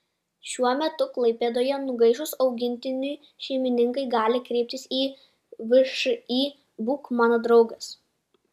šiuo metu klaipėdoje nugaišus augintiniui šeimininkai gali kreiptis į všį būk mano draugas